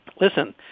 listen